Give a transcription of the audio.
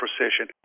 precision